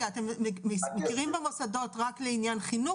אתם מכירים במוסדות רק לעניין חינוך